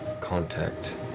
contact